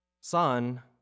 Son